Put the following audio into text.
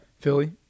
Philly